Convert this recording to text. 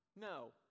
no